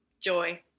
joy